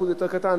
אחוז יותר קטן.